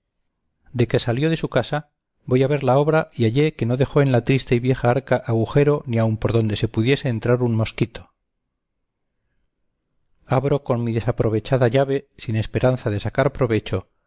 de que salió de su casa voy a ver la obra y hallé que no dejó en la triste y vieja arca agujero ni aun por dónde le pudiese entrar un moxquito abro con mi desaprovechada llave sin esperanza de sacar provecho